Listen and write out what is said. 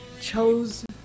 chose